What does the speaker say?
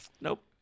Nope